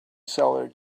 seller